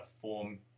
form